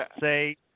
Say